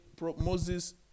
Moses